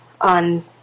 on